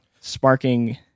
sparking